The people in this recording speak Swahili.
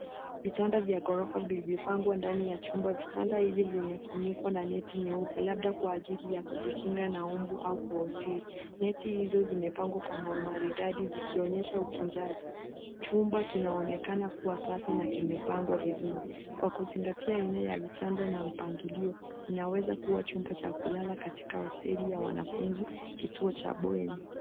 Vitanda vya ghorofa vilivyopangwa ndani ya chumba ,vitanda hivi vimefunikwa na neti nyeupe labda Kwa ajili ya kujikinga na mbu au kwa usiri neti hizo zimepangwa Kwa umaridadi zikionyesha utunzaji. Chumba kinaonekana kuwa safi na zimepangwa vizuri Kwa kuzingatia aina ya vitanda na mpangilio inaweza kuwa Chumba cha kulala katika hosteli ya wanafunzi kituo cha bweni.